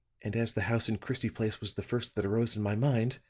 and as the house in christie place was the first that arose in my mind,